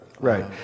right